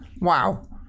wow